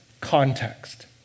context